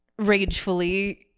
ragefully